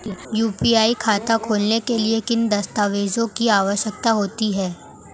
UPI खाता खोलने के लिए किन दस्तावेज़ों की आवश्यकता होती है?